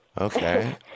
Okay